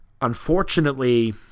Unfortunately